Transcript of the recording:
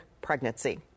pregnancy